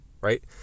right